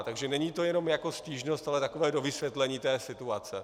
Takže není to jenom jako stížnost, ale takové dovysvětlení situace.